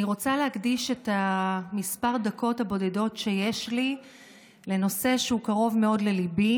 אני רוצה להקדיש את הדקות הבודדות שיש לי לנושא שהוא קרוב מאוד לליבי,